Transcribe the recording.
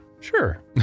sure